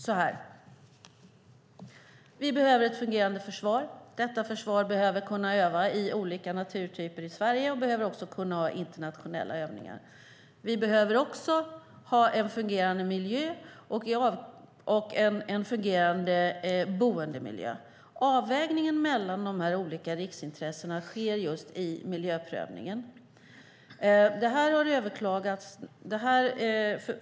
Fru talman! Vi behöver ett fungerande försvar. Detta försvar behöver kunna öva i olika naturtyper i Sverige och behöver även kunna ha internationella övningar. Vi behöver också ha en fungerande miljö och en fungerande boendemiljö. Avvägningen mellan de här olika riksintressena sker just vid miljöprövningen.